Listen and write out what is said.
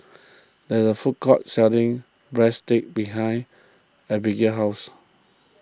there is a food court selling Breadsticks behind Abbigail's house